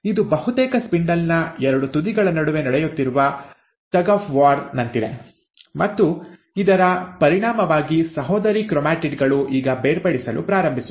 ಇದು ಬಹುತೇಕ ಸ್ಪಿಂಡಲ್ ನ ಎರಡು ತುದಿಗಳ ನಡುವೆ ನಡೆಯುತ್ತಿರುವ ಟಗ್ ಆಫ್ ವಾರ್ ನಂತಿದೆ ಮತ್ತು ಇದರ ಪರಿಣಾಮವಾಗಿ ಸಹೋದರಿ ಕ್ರೊಮ್ಯಾಟಿಡ್ ಗಳು ಈಗ ಬೇರ್ಪಡಿಸಲು ಪ್ರಾರಂಭಿಸುತ್ತವೆ